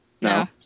No